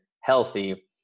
healthy